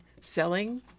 selling